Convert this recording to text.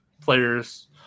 players